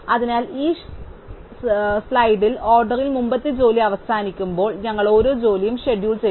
അതിനാൽ ഈ ഡെഡ്ലൈൻ ഓർഡറിൽ മുമ്പത്തെ ജോലി അവസാനിക്കുമ്പോൾ ഞങ്ങൾ ഓരോ ജോലിയും ഷെഡ്യൂൾ ചെയ്യും